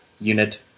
unit